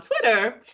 Twitter